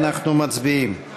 אנחנו מצביעים.